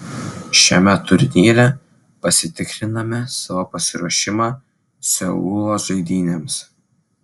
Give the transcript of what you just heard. šiame turnyre pasitikriname savo pasiruošimą seulo žaidynėms